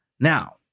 Now